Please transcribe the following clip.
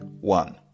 one